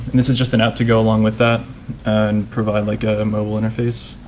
this is just an app to go along with that and provide like a mobile interface.